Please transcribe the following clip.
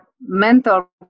mental